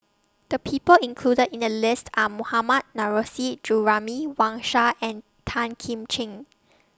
The People included in The list Are Mohammad Nurrasyid Juraimi Wang Sha and Tan Kim Ching